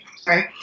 sorry